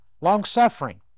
Long-suffering